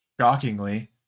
Shockingly